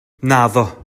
naddo